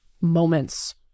moments